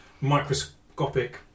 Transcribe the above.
microscopic